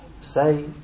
say